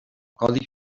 codi